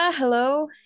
Hello